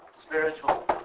spiritual